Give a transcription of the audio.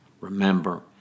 Remember